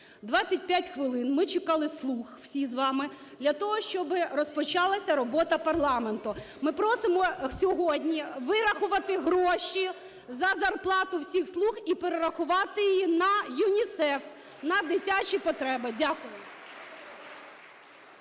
25 хвилин ми чекали "слуг", всі з вами, для того, щоби розпочалася робота парламенту. Ми просимо сьогодні вирахувати гроші за зарплату всіх "слуг" і перерахувати її на ЮНІСЕФ, на дитячі потреби. Дякую.